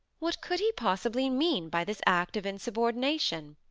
what could he possibly mean by this act of insubordination?